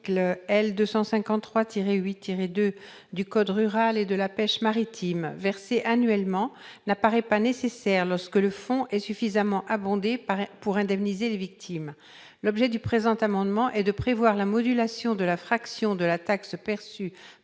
253-8-2 du code rural et de la pêche maritime, versée annuellement, ne paraît pas nécessaire lorsque le fonds est suffisamment alimenté pour indemniser les victimes. Aussi, le présent amendement vise la modulation de la fraction de la taxe perçue par le fonds